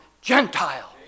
Gentile